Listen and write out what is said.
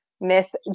Miss